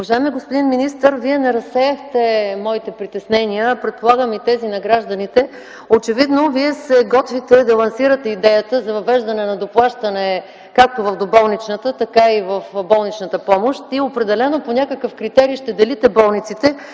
Уважаеми господин министър, Вие не разсеяхте моите притеснения, а предполагам, и тези на гражданите. Очевидно Вие се готвите да лансирате идеята за въвеждане на доплащане както в доболничната, така и в болничната помощ и определено по някакъв критерий ще делите болниците